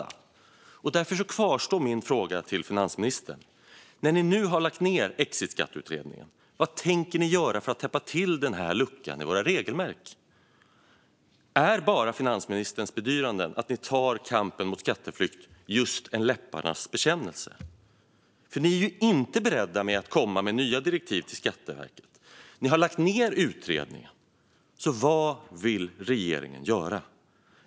Därför kvarstår min fråga till finansministern. När ni nu har lagt ned utredningen, vad tänker ni göra för att täppa till detta hål i regelverket? Är finansministerns bedyranden att regeringen tar kampen mot skatteflykt bara en läpparnas bekännelse? Ni är ju inte beredda att ge Skatteverket nya direktiv, och ni har lagt ned utredningen. Vad vill regeringen göra?